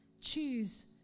choose